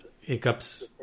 hiccups